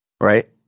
Right